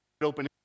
open